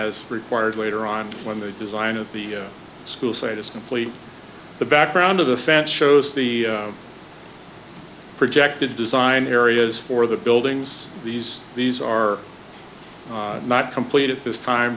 as required later on when the design of the school site is complete the background of the fact shows the projected design areas for the buildings these these are not complete at this time